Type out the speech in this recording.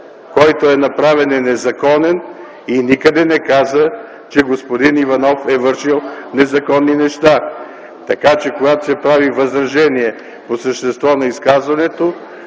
който е направен, е незаконен и никъде не каза, че господин Иванов е вършел незаконни неща. Така че когато се прави възражение по същество на изказването,